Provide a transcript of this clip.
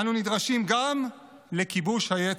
אנו נדרשים גם לכיבוש היצר.